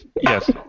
Yes